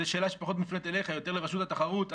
זו שאלה שפחות מופנית אליך, יותר לרשות התחרות.